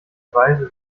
weise